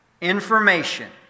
information